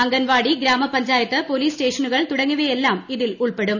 anganwadi gram panchayat police സ്റ്റേഷനുകൾ തുടങ്ങിയവയെല്ലാം ഇതിൽ ഉൾപ്പെടും